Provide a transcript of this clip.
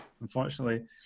unfortunately